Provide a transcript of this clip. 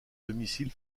domicile